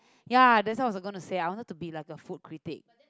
ya that's what I was gonna say I want to be like a food critique